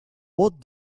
what